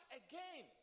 again